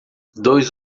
dois